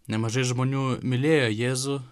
nemažai žmonių mylėjo jėzų